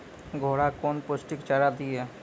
घोड़ा कौन पोस्टिक चारा दिए?